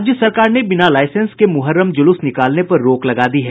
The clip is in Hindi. राज्य सरकार ने बिना लाईसेंस के मुहर्रम जुलूस निकालने पर रोक लगा दी है